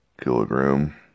kilogram